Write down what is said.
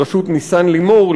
בראשות ניסן לימור,